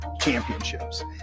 Championships